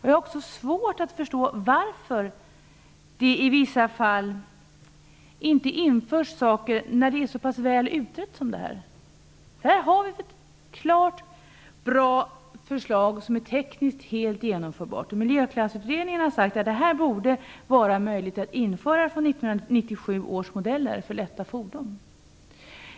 Jag har också svårt att förstå varför det i vissa fall inte införs saker när de är så väl utredda som det här. Här har vi ett bra förslag som är tekniskt helt genomförbart, och Miljöklassutredningen har sagt att det här borde vara möjligt att införa fr.o.m. 1997 års modeller för lätta fordon.